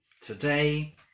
Today